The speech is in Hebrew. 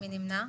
מי נמנע?